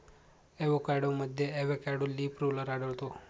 एवोकॅडोमध्ये avocado leaf roller आढळतो